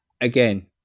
Again